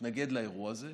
מתנגד לאירוע הזה,